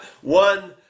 One